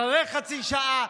אחרי חצי שעה,